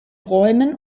räumen